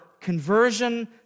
conversion